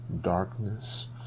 darkness